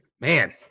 Man